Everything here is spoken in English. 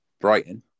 Brighton